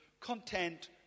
content